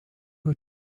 were